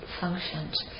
functions